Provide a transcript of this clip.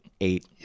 eight